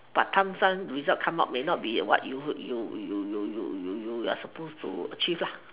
but time some result come out may not be what you you you you are supposed to achieve